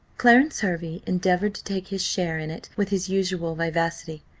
clarence hervey endeavoured to take his share in it with his usual vivacity,